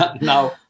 now